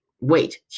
wait